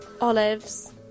olives